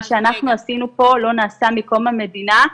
מה שאנחנו עשינו פה לא נעשה מקום המדינה.